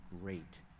great